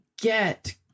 get